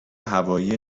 هوایی